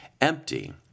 empty